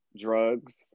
drugs